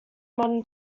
modern